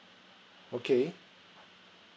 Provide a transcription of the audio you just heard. okay